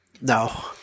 No